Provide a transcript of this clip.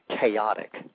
chaotic